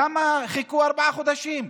למה חיכו ארבעה חודשים,